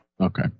okay